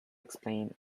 explain